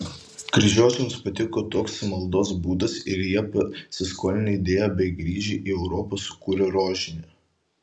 kryžiuočiams patiko toks maldos būdas ir jie pasiskolinę idėją bei grįžę į europą sukūrė rožinį